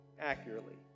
accurately